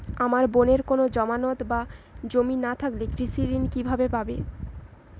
আমার বোনের কোন জামানত বা জমি না থাকলে কৃষি ঋণ কিভাবে পাবে?